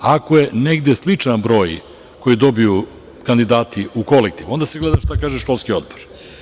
Ako je negde sličan broj, koji dobiju kandidati u kolektivu onda se gleda šta kaže školski odbor.